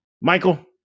Michael